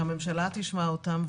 שהממשלה תשמע אותם,